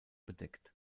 bedeckt